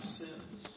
sins